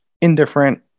indifferent